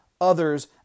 others